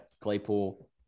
Claypool